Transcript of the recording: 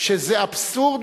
שזה אבסורד,